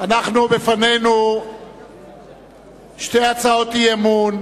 לפנינו שתי הצעות האי-אמון